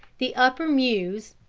the upper mews,